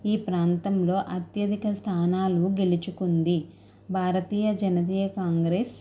ఈ ప్రాంతంలో అత్యధిక స్థానాలు గెలుచుకుంది భారత జాతీయ కాంగ్రెస్